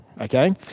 Okay